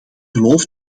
geloof